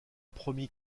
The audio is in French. promis